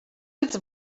its